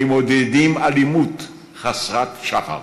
הם מעודדים אלימות חסרת שחר.